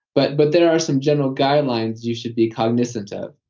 but but there are some general guidelines you should be cognizant of.